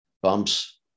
bumps